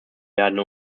werden